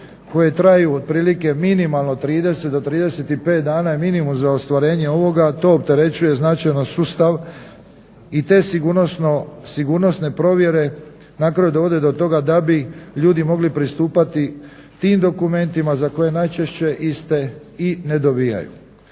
koje traju otprilike minimalno 30 do 35 dana je minimum za ostvarenje ovoga, a to opterećuje značajno sustav i te sigurnosne provjere na kraju dovode do toga da bi ljudi mogli pristupati tim dokumentima za koje najčešće iste i ne dobivaju.